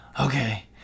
Okay